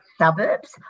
suburbs